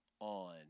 on